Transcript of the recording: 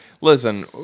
Listen